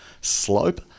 slope